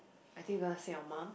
I think you gonna say your mum